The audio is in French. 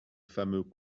fameux